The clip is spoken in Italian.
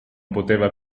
poteva